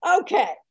Okay